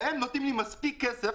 והן נותנות לי מספיק כסף